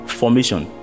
formation